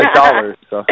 dollars